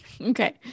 okay